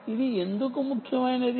ఇది ఎందుకు ముఖ్యమైనది